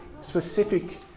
specific